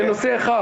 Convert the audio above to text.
זה נושא אחד,